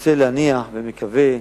רוצה להניח, ומקווה,